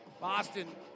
Boston